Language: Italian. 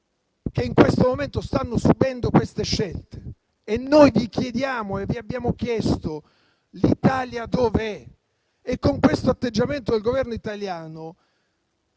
che in questo momento stanno subendo tali scelte. Noi vi chiediamo e vi abbiamo chiesto: l'Italia dov'è? Di questo atteggiamento del Governo italiano